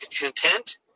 content